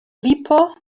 vipo